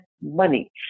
money